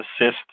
assist